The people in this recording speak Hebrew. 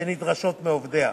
שנדרשות מעובדיה.